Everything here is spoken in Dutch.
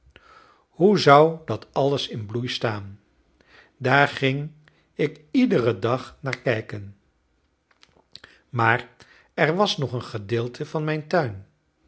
hoe zou dat alles in bloei staan daar ging ik iederen dag naar kijken maar er was nog een gedeelte van mijn tuin